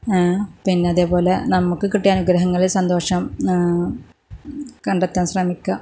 പിന്നെ അതേപോലെ നമുക്ക് കിട്ടിയ അനുഗ്രഹങ്ങളിൽ സന്തോഷം കണ്ടെത്താൻ ശ്രമിക്കുക